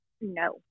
No